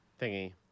thingy